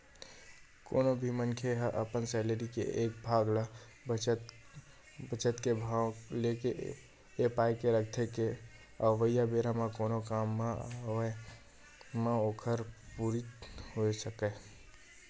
कोनो भी मनखे ह अपन सैलरी के एक भाग ल बचत के भाव लेके ए पाय के रखथे के अवइया बेरा म कोनो काम के आवब म ओखर पूरति होय सकय